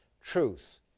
Truth